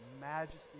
majesty